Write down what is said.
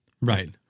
Right